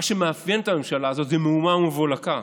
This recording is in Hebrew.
מה שמאפיין את הממשלה הזאת זה מהומה ומבולקה,